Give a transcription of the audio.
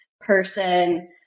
person